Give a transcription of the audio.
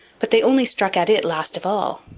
but they only struck at it last of all.